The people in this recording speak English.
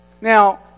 Now